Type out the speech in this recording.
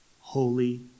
holy